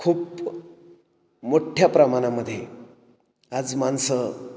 खूप मोठ्ठ्या प्रमाणामध्ये आज माणसं